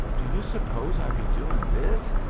do you suppose i'd be doin' this?